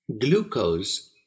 Glucose